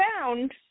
found